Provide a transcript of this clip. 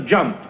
Jump